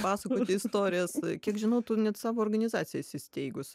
pasakoti istorijas kiek žinau tu net savo organizaciją esi įsteigus